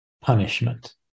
punishment